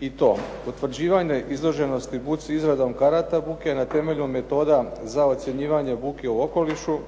i to: utvrđivanje izloženosti buci izradom karata buke na temelju metoda za ocjenjivanje buke u okolišu,